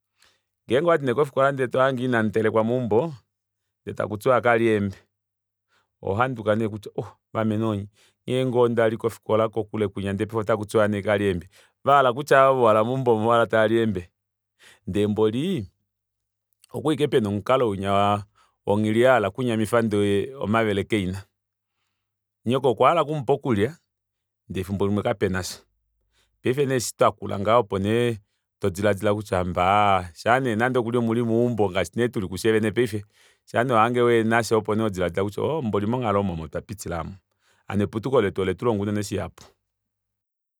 Ngenge owadi nee kofikola ndee tohange inamutelekwa meumbo ndee takutiwa kalye eembe oho handuka nee toti ohh vamenonye nghee ngoo ndali kofikola kokule kunya ndee otakutiwa nandi kalye eembe vahala kutya ava vauhala meumbo oomu ovauhala taali eembe ndee mboli okwali ashike pena omukalo winya wonghili yahala okunyamifa ndee omavele kaina nyoko okwahala oku mupa okulya ndee efimbo limwe kapenasha paife eshi nee twakula ngaha opo nee todilaadila kutya hambaa shaane nande okuli omuli muumbo ngaashi nee tuli kushe vene paife shanee wahange wehenasha opo nee hodilaadila kutya mboli monghalo omu omo twapitila aamu hano eputuko letu oletulonga unene shihapu